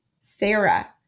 Sarah